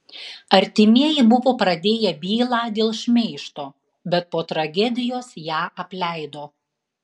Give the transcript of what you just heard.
artimieji buvo pradėję bylą dėl šmeižto bet po tragedijos ją apleido